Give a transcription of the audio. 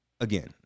again